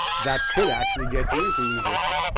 that could actually get you into university.